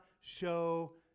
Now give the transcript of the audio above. show